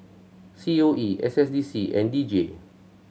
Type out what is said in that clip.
C O E S S D C and D J